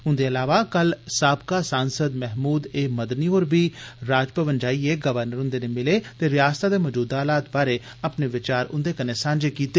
उन्दे इलावा कल साबका सांसद महमूद ए मदनी होर बी राजभवन जाइयै गवर्नर हन्दे नै मिले ते रयासतै दे मजूद हालात बारै अपने विचार उन्दे कन्नै सांझे कीते